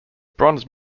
bronze